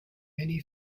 many